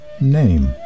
name